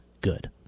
good